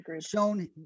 shown